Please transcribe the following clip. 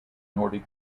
nordic